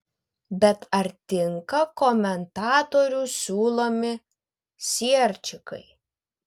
bet ar tinka komentatorių siūlomi sierčikai